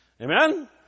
amen